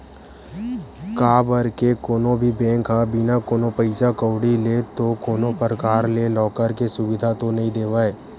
काबर के कोनो भी बेंक ह बिना कोनो पइसा कउड़ी ले तो कोनो परकार ले लॉकर के सुबिधा तो देवय नइ